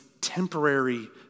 temporary